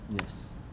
Yes